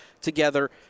together